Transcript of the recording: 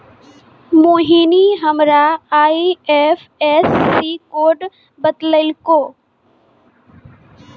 मोहिनी हमरा IFSC code बतैलकै